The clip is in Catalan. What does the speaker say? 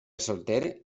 solter